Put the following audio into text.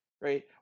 right